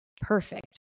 perfect